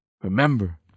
remember